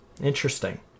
Interesting